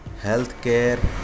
healthcare